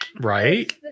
right